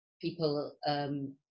people